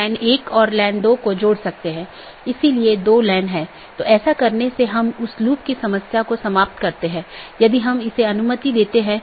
यह केवल उन्हीं नेटवर्कों के विज्ञापन द्वारा पूरा किया जाता है जो उस AS में या तो टर्मिनेट होते हैं या उत्पन्न होता हो यह उस विशेष के भीतर ही सीमित है